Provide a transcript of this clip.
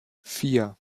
vier